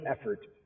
effort